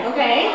Okay